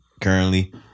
currently